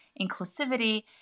inclusivity